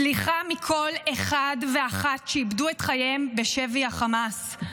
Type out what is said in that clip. סליחה מכל אחד ואחת שאיבדו את חייהם בשבי החמאס.